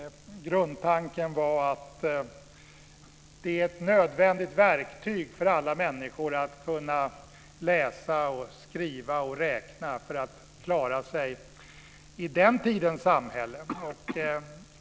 Grundtanken var att det är ett nödvändigt verktyg för alla människor att kunna läsa, skriva och räkna för att klara sig i den tidens samhälle.